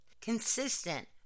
consistent